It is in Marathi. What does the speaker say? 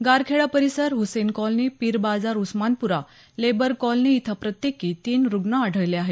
गारखेडा परिसर Hussain colony Peer Bazar Osmanpura labour colony इथं प्रत्येकी तीन रुग्ण आढळले आहेत